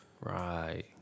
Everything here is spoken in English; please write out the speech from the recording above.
Right